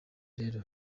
rero